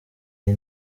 iyo